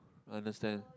understand